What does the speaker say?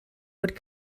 would